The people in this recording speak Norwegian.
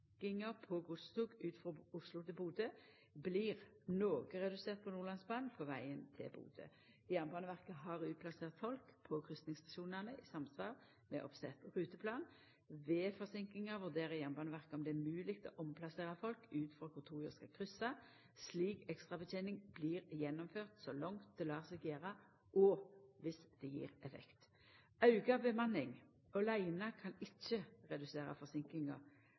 ut frå Oslo til Bodø blir noko redusert på Nordlandsbanen på vegen til Bodø. Jernbaneverket har utplassert folk på kryssingsstasjonane i samsvar med oppsett ruteplan. Ved forseinkingar vurderer Jernbaneverket om det er mogleg å omplassera folk ut frå kor toga skal kryssa. Slik ekstrabetening blir gjennomført så langt det lèt seg gjera, og dersom det gjev effekt. Auka bemanning åleine kan ikkje